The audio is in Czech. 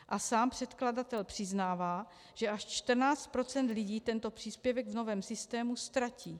A sám předkladatel přiznává, že až 14 % lidí tento příspěvek v novém systému ztratí.